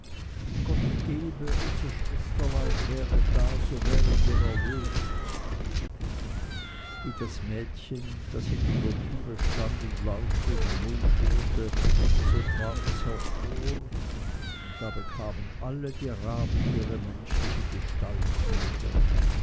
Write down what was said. gott gebe unser schwesterlein wäre da so wären wir erlöst wie das mädchen das hinter der türe stand und lauschte den wunsch hörte so trat es hervor und da bekamen alle die raben ihre menschliche gestalt wieder